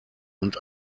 und